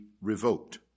revoked